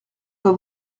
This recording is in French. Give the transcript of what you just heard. pas